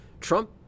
Trump